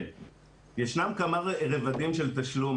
ישנם כמה רבדים של תשלום.